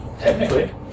Technically